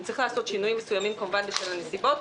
אם צריך לעשות שינויים מסוימים כמובן בשל הנסיבות,